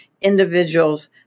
individuals